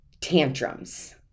tantrums